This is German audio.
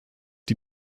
die